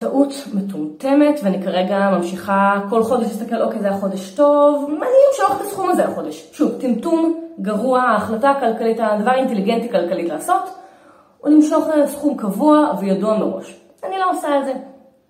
טעות מטומטמת ואני כרגע ממשיכה, כל חודש אסתכל, אוקיי, זה החודש טוב, אני אמשוך את הסכום הזה החודש. שוב, טמטום, גרוע, החלטה כלכלית, הדבר האינטליגנטי כלכלית לעשות, הוא למשוך לזה סכום קבוע וידוע בראש. אני לא עושה את זה.